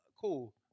cool